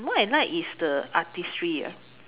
what I like is the artistry ah